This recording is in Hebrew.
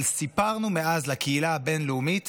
אבל מאז סיפרנו לקהילה הבין-לאומית